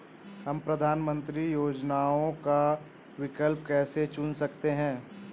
हम प्रधानमंत्री योजनाओं का विकल्प कैसे चुन सकते हैं?